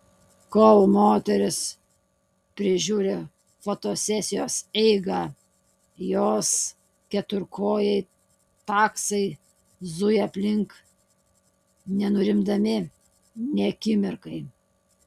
kol moteris prižiūri fotosesijos eigą jos keturkojai taksai zuja aplink nenurimdami nė akimirkai